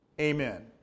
Amen